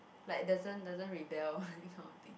like doesn't doesn't rebel that kind of thing